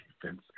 defense